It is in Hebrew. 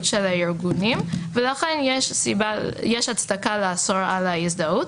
של הארגונים ולכן יש הצדקה לאסור על ההזדהות.